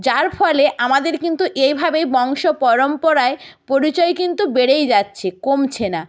যার ফলে আমাদের কিন্তু এইভাবেই বংশ পরম্পরায় পরিচয় কিন্তু বেড়েই যাচ্ছে কমছে না